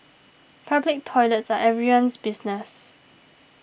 public toilets are everyone's business